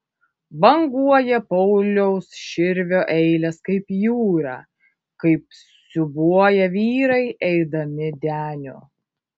banguoja pauliaus širvio eilės kaip jūra kaip siūbuoja vyrai eidami deniu